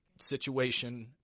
situation